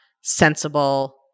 sensible